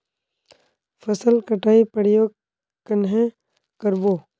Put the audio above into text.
फसल कटाई प्रयोग कन्हे कर बो?